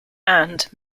and